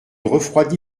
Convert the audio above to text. refroidit